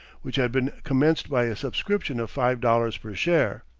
which had been commenced by a subscription of five dollars per share.